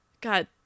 God